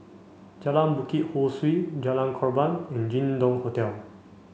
Jalan Bukit Ho Swee Jalan Korban and Jin Dong Hotel